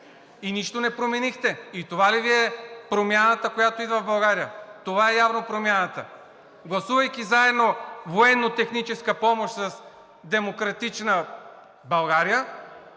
и нищо не променихте. И това ли Ви е промяната, която идва в България?! Това е явно промяната! Гласувайки заедно военнотехническа помощ с „Демократична България“,